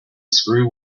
screw